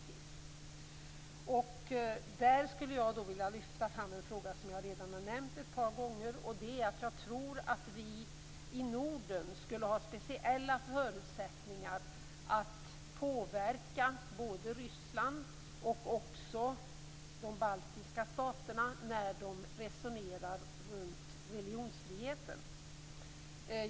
I det sammanhanget skulle jag vilja lyfta fram en fråga som jag redan har nämnt ett par gånger. Jag tror att vi i Norden skulle ha speciella förutsättningar att påverka både Ryssland och de baltiska staterna i resonemangen kring religionsfrihet.